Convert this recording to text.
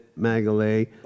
Magalay